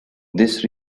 this